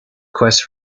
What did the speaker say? quest